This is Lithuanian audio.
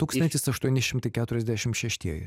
tūkstantis aštuoni šimtai keturiasdešimt šeštieji